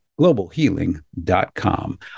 Globalhealing.com